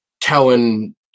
telling